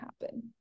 happen